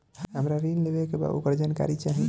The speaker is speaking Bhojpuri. हमरा ऋण लेवे के बा वोकर जानकारी चाही